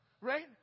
Right